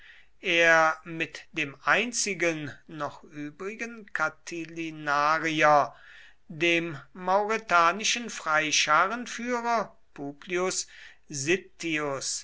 er mit dem einzigen noch übrigen catilinarier dem mauretanischen freischarenführer publius